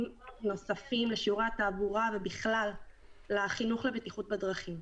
נוספים לשיעורי התעבורה ובכלל לחינוך לבטיחות בדרכים.